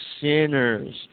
sinners